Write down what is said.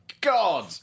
God